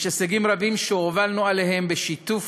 יש הישגים רבים שהובלנו אליהם בשיתוף